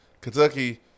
Kentucky